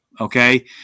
okay